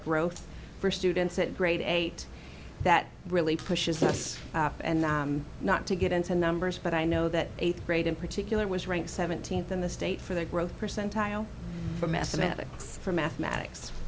growth for students at grade eight that really pushes us not to get into numbers but i know that eighth grade in particular was ranked seventeenth in the state for the growth percentile from aesthetics for mathematics